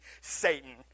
Satan